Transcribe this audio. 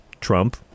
Trump